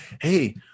Hey